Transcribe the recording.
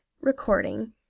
recording